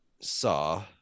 saw